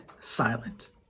silent